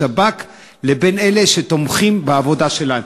לבין אלה שתומכים בעבודה שלהם,